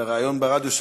בריאיון ברדיו,